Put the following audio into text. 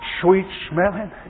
sweet-smelling